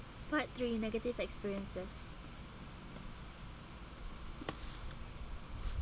part three negative experiences